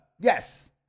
Yes